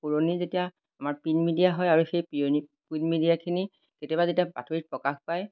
পুৰণি যেতিয়া আমাৰ প্ৰিণ্ট মিডিয়া হয় আৰু সেই পুৰণি প্ৰিণ্ট মিডিয়াখিনি কেতিয়াবা যেতিয়া বাতৰিত প্ৰকাশ পায়